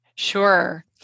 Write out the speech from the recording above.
Sure